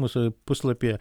mūsų puslapyje